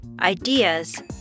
ideas